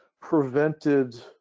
prevented